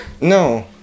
No